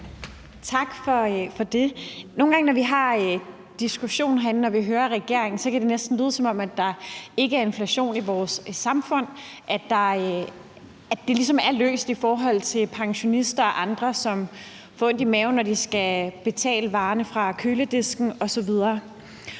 Nogle gange, når vi har en diskussion herinde og vi hører regeringen, kan det næsten lyde, som om der ikke er inflation i vores samfund, og at det ligesom er løst i forhold til pensionister og andre, som får ondt i maven, når de skal betale varerne fra køledisken osv.